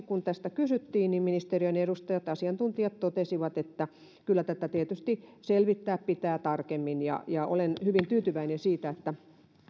kun tästä kysyttiin ministeriön edustajat asiantuntijat totesivat että kyllä tätä tietysti selvittää pitää tarkemmin ja ja olen hyvin tyytyväinen siitä että